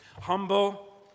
Humble